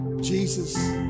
Jesus